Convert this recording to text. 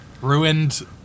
Ruined